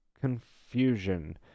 confusion